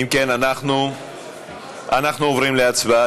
אם כן, אנחנו עוברים להצבעה.